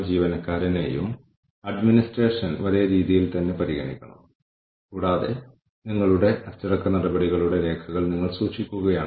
ഇത് വെട്ടിക്കുറയ്ക്കുകയാണോ അതോ ഒരേ പോർട്ടലിനുള്ളിൽ കൂടുതൽ തരത്തിലുള്ള അവധികൾ ചേർക്കാൻ പുതിയ വഴികൾ തുറക്കുകയാണോ